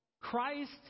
Christ